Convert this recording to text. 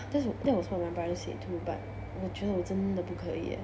that was that was what my brother said too but 我觉得我真的不可以 eh